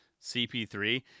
CP3